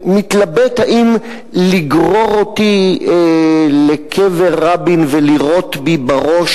מתלבט אם לגרור אותי לקבר רבין ולירות בי בראש